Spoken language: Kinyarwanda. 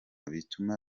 bituma